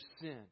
sin